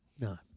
No